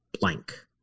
blank